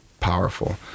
powerful